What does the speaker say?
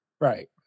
Right